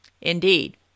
Indeed